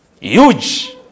Huge